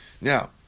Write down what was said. Now